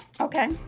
Okay